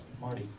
Marty